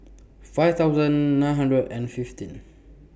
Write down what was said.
five thousand nine hundred and fifteen